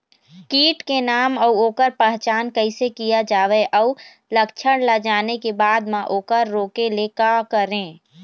कीट के नाम अउ ओकर पहचान कैसे किया जावे अउ लक्षण ला जाने के बाद मा ओकर रोके ले का करें?